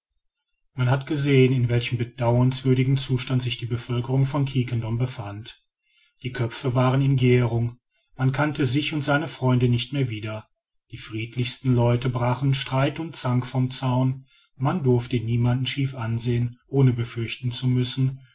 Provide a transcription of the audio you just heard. man hat gesehen in welchem bedauernswürdigen zustand sich die bevölkerung von quiquendone befand die köpfe waren in gährung man kannte sich und seine freunde nicht mehr wieder die friedlichsten leute brachen streit und zank vom zaun und man durfte niemanden schief ansehen ohne befürchten zu müssen